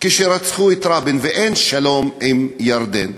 כשרצחו את רבין, ואין שלום עם ירדן.